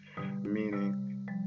meaning